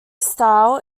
style